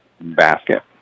basket